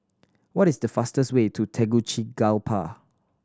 what is the fastest way to Tegucigalpa